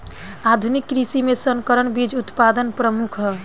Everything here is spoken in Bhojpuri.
आधुनिक कृषि में संकर बीज उत्पादन प्रमुख ह